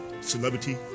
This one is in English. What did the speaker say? celebrity